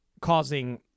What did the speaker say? causing